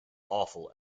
awful